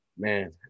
Man